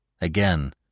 Again